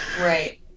Right